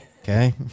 Okay